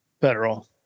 Federal